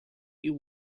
you